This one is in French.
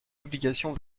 obligations